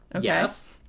Yes